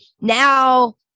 now